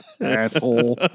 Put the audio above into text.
asshole